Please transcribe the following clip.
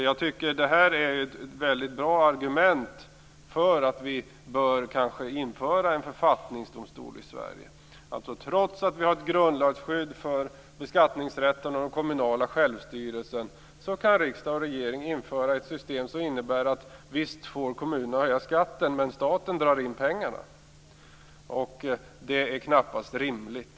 Jag tycker att detta är ett mycket bra argument för att vi kanske bör införa en författningsdomstol i Sverige. Trots att vi har ett grundlagsskydd för beskattningsrätten och den kommunala självstyrelsen kan riksdag och regering införa ett system som innebär att visst får kommunerna höja skatten, men staten drar in pengarna. Det är knappast rimligt.